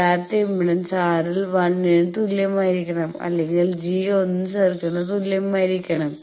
യഥാർത്ഥ impedance R ൽ 1 ന് തുല്യമായിരിക്കണം അല്ലെങ്കിൽ G 1 സർക്കിളിന് തുല്യമായിരിക്കണം